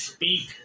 speak